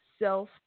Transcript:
self